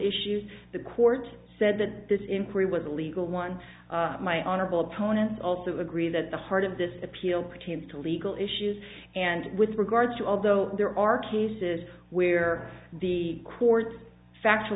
issues the court said that this inquiry was a legal one my honorable opponents also agree that the heart of this appeal pertains to legal issues and with regard to although there are cases where the court factual